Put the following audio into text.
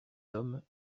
hommes